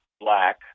Black